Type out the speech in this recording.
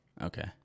Okay